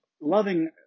loving